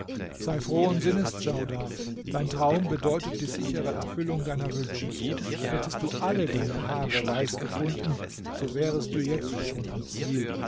sei frohen sinnes djaudar dein traum bedeutet die sichere erfüllung deiner wünsche hättest du alle deine haare weiß gefunden so wärest du jetzt schon am ziel